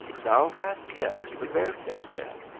thou hast been to the bear-pit, then?